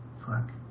Fuck